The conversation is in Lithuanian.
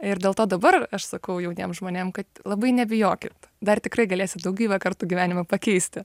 ir dėl to dabar aš sakau jauniem žmonėm kad labai nebijokit dar tikrai galėsit daugybę kartų gyvenime pakeisti